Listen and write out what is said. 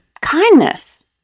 kindness